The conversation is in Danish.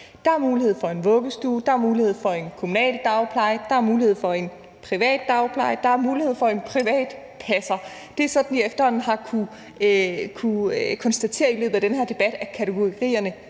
Der er mulighed for en vuggestue, der er mulighed for en kommunal dagpleje, der er mulighed for en privat dagpleje, og der er mulighed for en privat passer. Det er sådan, vi efterhånden har kunnet konstatere i den her debat at kategorierne